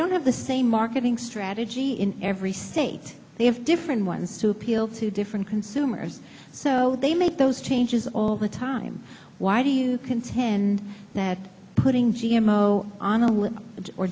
don't have the same marketing strategy in every state they have different ones to appeal to different consumers so they make those changes all the time why do you contend that putting